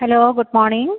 hello good morning